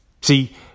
See